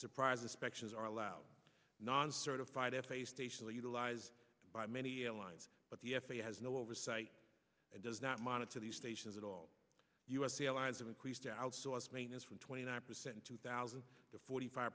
surprise inspections are allowed non certified f a a station to utilize by many airlines but the f a a has no oversight and does not monitor these stations at all u s airlines have increased outsource maintenance from twenty nine percent in two thousand to forty five